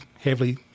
heavily